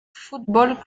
futebol